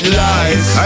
lies